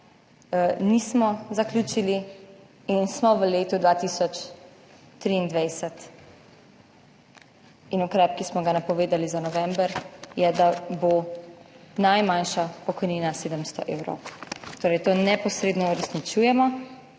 nismo zaključili. In smo v letu 2023. In ukrep, ki smo ga napovedali za november, je, da bo najmanjša pokojnina 700 evrov. Torej to neposredno uresničujemo.